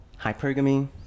hypergamy